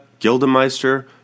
Gildemeister